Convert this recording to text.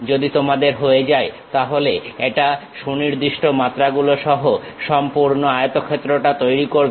যদি তোমাদের হয়ে যায় তাহলে এটা সুনির্দিষ্ট মাত্রাগুলো সহ সম্পূর্ণ আয়তক্ষেত্রটা তৈরি করবে